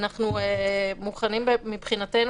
מבחינתנו,